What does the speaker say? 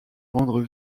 rendre